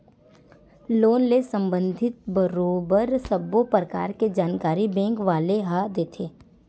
loan ले संबंधित बरोबर सब्बो परकार के जानकारी बेंक वाले ह देथे